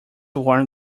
worm